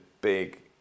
big